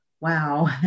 Wow